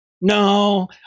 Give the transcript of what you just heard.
No